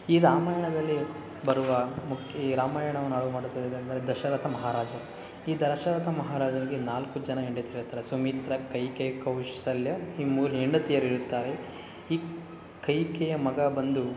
ಈ ರಾಮಾಯಣದಲ್ಲಿ ಬರುವ ಮುಖ್ಯ ಈ ರಾಮಾಯಣವನ್ನು ಎಂದರೆ ದಶರಥ ಮಹಾರಾಜ ಈ ದಶರಥ ಮಹಾರಾಜನಿಗೆ ನಾಲ್ಕು ಜನ ಹೆಂಡತಿಯರಿರ್ತಾರೆ ಸುಮಿತ್ರ ಕೈಕೇಯಿ ಕೌಸಲ್ಯಾ ಈ ಮೂರು ಹೆಂಡತಿಯರಿರುತ್ತಾರೆ ಈ ಕೈಕೇಯಿಯ ಮಗ ಬಂದು